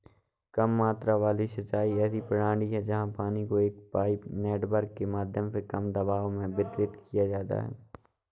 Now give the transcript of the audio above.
कम मात्रा वाली सिंचाई ऐसी प्रणाली है जहाँ पानी को एक पाइप नेटवर्क के माध्यम से कम दबाव में वितरित किया जाता है